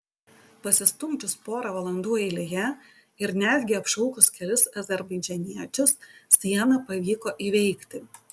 pasistumdžius porą valandų eilėje ir netgi apšaukus kelis azerbaidžaniečius sieną pavyko įveikti